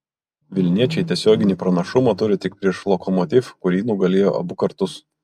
vilniečiai tiesioginį pranašumą turi tik prieš lokomotiv kurį nugalėjo abu kartus